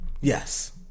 Yes